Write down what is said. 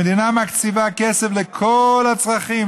המדינה מקציבה כסף לכל הצרכים,